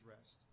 rest